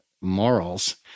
morals